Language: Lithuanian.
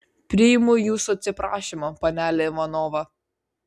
priimu jūsų atsiprašymą panele ivanova